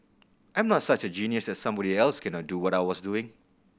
I'm not such a genius that somebody else cannot do what I was doing